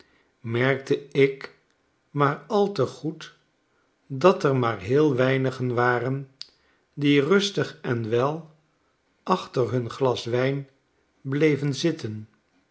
merkte ik maar al te goed dat er maar heel weinigen waren die rustig en wel achter hun glas wijn bleven zitten